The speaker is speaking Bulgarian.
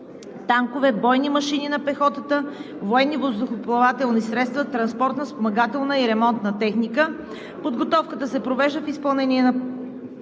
танкове, бойни машини на пехотата, военни въздухоплавателни средства, транспортна, спомагателна и ремонтна техника. Подготовката се провежда в изпълнение на постигнатите